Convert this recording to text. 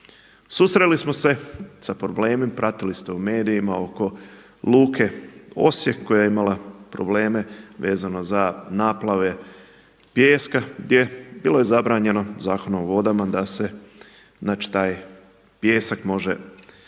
Susreli smo se sa problemom, pratili ste u medijima oko luke Osijek koja je imala probleme vezano za naplave pijeska, gdje bilo je zabranjeno Zakonom o vodama da se, znači taj pijesak može